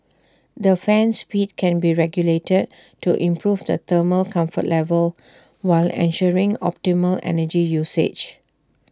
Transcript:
the fan speed can be regulated to improve the thermal comfort level while ensuring optimal energy usage